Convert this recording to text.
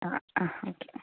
ആ ആ ഓക്കെ